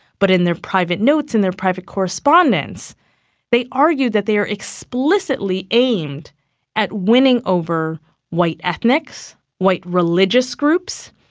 but in their private notes and in their private correspondence they argue that they are explicitly aimed at winning over white ethnics, white religious groups,